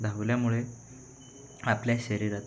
धावल्यामुळे आपल्या शरीरात